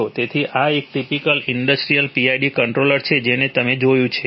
તેથી આ એક ટીપીકલ ઈન્ડસ્ટ્રિયલ PID કંટ્રોલર છે જેણે તે જોયું છે